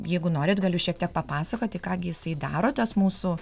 jeigu norit galiu šiek tiek papasakoti ką gi jisai daro tas mūsų